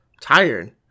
Tired